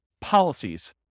policies